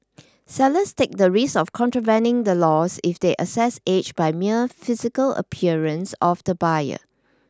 sellers take the risk of contravening the laws if they assess age by mere physical appearance of the buyer